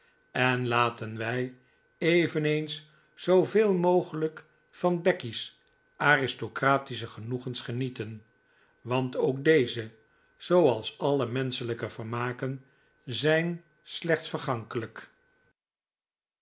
en laten wij eveneens zooveel mogelijk van becky aristocratische genoegens genieten want ook deze zooals alle menschelijke vermaken zijn slechts vergankelijk